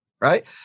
right